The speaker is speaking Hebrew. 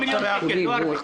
70 מיליון שקל, לא הרבה.